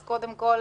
אז קודם כול,